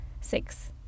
Six